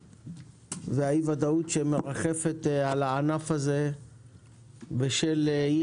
זה אי הוודאות שמרחפת על הענף הזה בשל אי